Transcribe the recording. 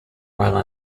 while